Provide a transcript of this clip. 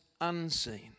unseen